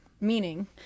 meaning